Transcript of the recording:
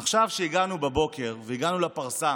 עכשיו, כשהגענו בבוקר לפרסה